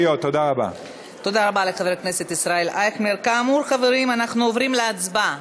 עיריות שאין להן עדיין תאגידים לא חייבות להיכנס לתאגיד,